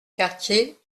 quartier